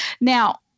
Now